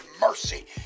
mercy